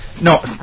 no